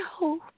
no